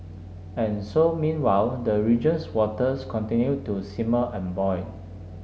and so meanwhile the region's waters continue to simmer and boil